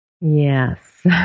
Yes